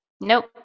Nope